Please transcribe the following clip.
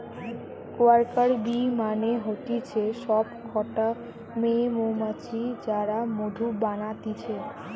worker bee মানে হতিছে সব কটা মেয়ে মৌমাছি যারা মধু বানাতিছে